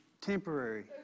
temporary